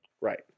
Right